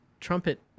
trumpet